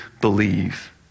believe